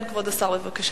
כן, כבוד השר, בבקשה.